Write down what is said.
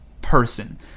person